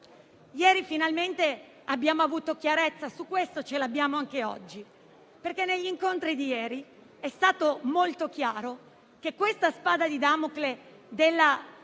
Ieri finalmente abbiamo avuto chiarezza su questo e ce l'abbiamo anche oggi. Negli incontri di ieri è stato molto chiaro che questa spada di Damocle del